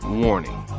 warning